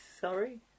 sorry